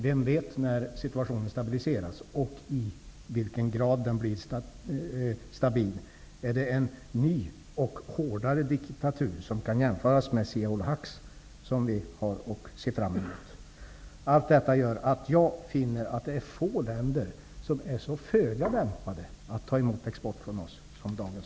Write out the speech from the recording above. Vem vet när situationen stabiliseras och i vilken grad den blir stabil? Är det en ny och hårdare diktatur som kan jämföras med Zia-ul-Haqs som vi har att se fram emot? Detta gör att jag finner att det är få länder som är så föga lämpade att importera från oss som dagens